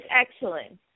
excellent